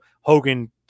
Hogan